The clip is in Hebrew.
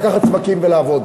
לקחת צוותים ולעבוד.